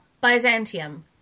Byzantium